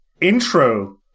intro